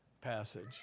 passage